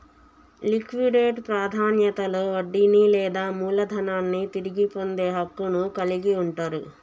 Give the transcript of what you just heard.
liquidate ప్రాధాన్యతలో వడ్డీని లేదా మూలధనాన్ని తిరిగి పొందే హక్కును కలిగి ఉంటరు